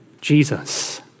Jesus